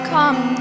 Come